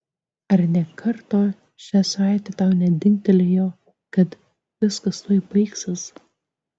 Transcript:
ar nė karto šią savaitę tau nedingtelėjo kad viskas tuoj baigsis